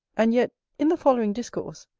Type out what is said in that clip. and yet, in the following discourse,